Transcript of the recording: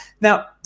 Now